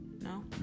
No